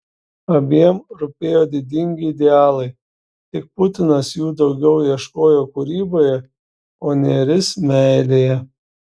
abiem rūpėjo didingi idealai tik putinas jų daugiau ieškojo kūryboje o nėris meilėje